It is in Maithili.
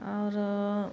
आओर